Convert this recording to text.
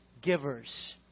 givers